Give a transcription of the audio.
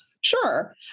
Sure